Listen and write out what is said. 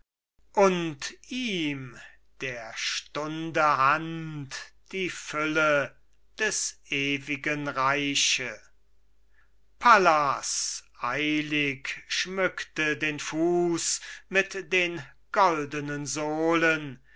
und ihm der stunde hand die fülle des ewigen reiche pallas eilig schmückte den fuß mit den goldenen sohlen